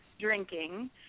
drinking